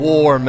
War